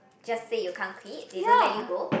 just say you can't quit they don't let you go